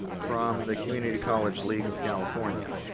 from the community college league of california.